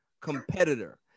competitor